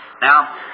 Now